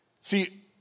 See